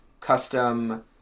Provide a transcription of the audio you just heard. custom